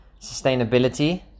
sustainability